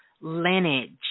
lineage